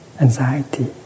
anxiety